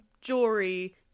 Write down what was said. jewelry